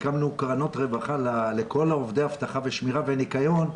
הקמנו קרנות רווחה לכל עובדי אבטחה ושמירה וניקיון,